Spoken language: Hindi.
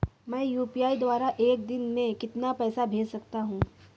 मैं यू.पी.आई द्वारा एक दिन में कितना पैसा भेज सकता हूँ?